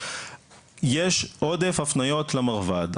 יש עודף הפניות למרב"ד.